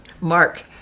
Mark